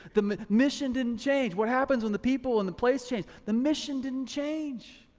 the mission didn't change. what happens when the people and the place change, the mission didn't change.